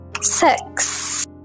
Six